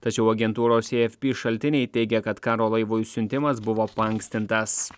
tačiau agentūros afp šaltiniai teigia kad karo laivo išsiuntimas buvo paankstintas